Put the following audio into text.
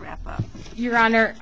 wrap your honor